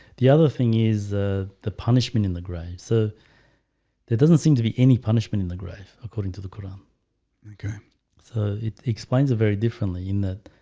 the other thing is the the punishment in the grave, so there doesn't seem to be any punishment in the grave according to the quran okay, so it explains it very differently in that.